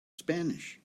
spanish